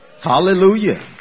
Hallelujah